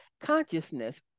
consciousness